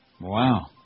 Wow